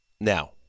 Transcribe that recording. now